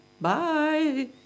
Bye